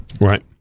Right